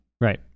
Right